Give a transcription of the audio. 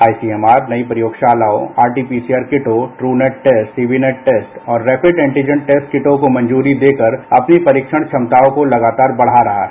आई C M R नई प्रयोगशालाओं R T P C R किटों Truenat test CB NAAT test और रेपिनेट एंटीजन किटों को मंजूरी देकर अपनी परीक्षण क्षमताओं को लगातार बढ़ा रहा है